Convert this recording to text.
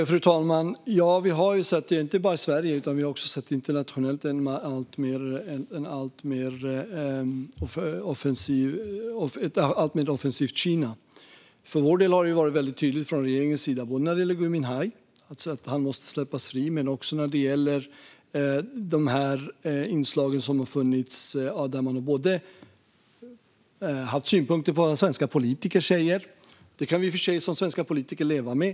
Fru talman! Inte bara i Sverige utan även internationellt har vi sett ett alltmer offensivt Kina. För Sveriges del har linjen varit tydligt både när det gäller Gui Minhai - att han måste släppas fri - och när det gäller de andra inslag som har funnits. Kina har alltså haft synpunkter på vad svenska politiker säger. Det kan vi i och för sig som svenska politiker leva med.